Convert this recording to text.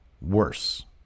worse